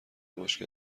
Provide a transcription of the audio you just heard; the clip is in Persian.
مشکل